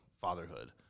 fatherhood